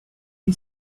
she